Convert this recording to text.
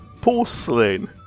porcelain